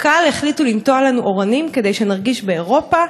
קק"ל החליטו לנטוע לנו אורנים כדי שנרגיש באירופה,